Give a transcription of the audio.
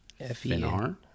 f-e-n-r